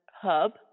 hub